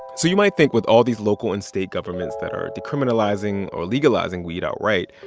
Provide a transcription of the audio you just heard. so you might think with all these local and state governments that are decriminalizing or legalizing weed outright,